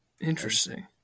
interesting